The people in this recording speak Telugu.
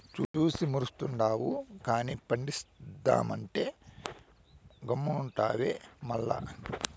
చూసి మురుస్తుండావు గానీ పండిద్దామంటే గమ్మునుండావే మల్ల